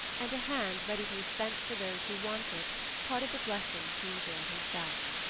and a hand ready to dispense to those who wanted part of the blessings he enjoyed himself.